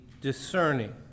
discerning